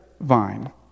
vine